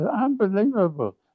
Unbelievable